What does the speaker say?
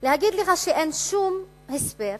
להגיד לך שאין שום הסבר מדוע,